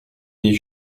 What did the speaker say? des